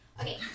okay